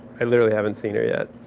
i literally haven't seen her yet.